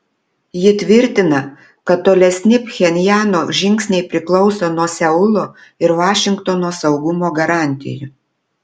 ji tvirtina kad tolesni pchenjano žingsniai priklauso nuo seulo ir vašingtono saugumo garantijų